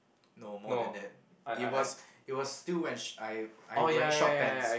no more than that it was it was still when sh~ I I wearing short pants